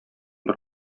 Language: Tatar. бер